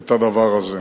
את הדבר הזה?